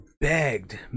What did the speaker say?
begged